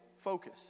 focus